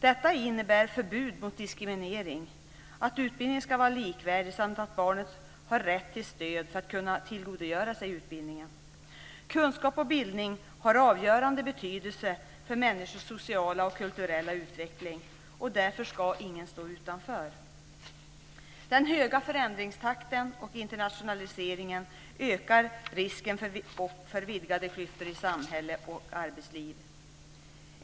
Detta innebär förbud mot diskriminering, att utbildningen ska vara likvärdig samt att barnet har rätt till stöd för att kunna tillgodogöra sig utbildningen. Kunskap och bildning har avgörande betydelse för människors sociala och kulturella utveckling, och därför ska ingen stå utanför. Den höga förändringstakten och internationaliseringen ökar risken för vidgade klyftor i samhälle och arbetsliv.